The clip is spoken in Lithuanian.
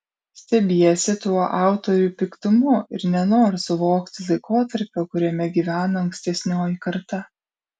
stebiesi tuo autorių piktumu ir nenoru suvokti laikotarpio kuriame gyveno ankstesnioji karta